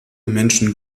menschen